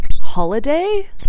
holiday